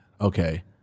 Okay